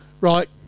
right